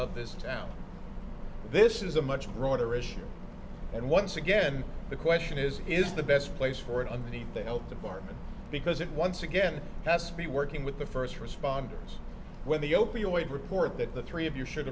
town this is a much broader issue and once again the question is is the best place for it underneath the health department because it once again has to be working with the first responders when the opioid report that the three of you should